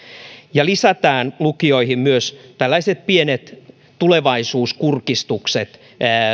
ja lukioihin lisätään myös tällaiset pienet tulevaisuuskurkistukset